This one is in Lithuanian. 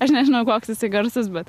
aš nežinau koks garsas bet